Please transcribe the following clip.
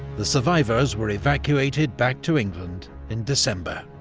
the survivors were evacuated back to england in december.